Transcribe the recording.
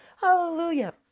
Hallelujah